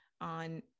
on